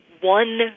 one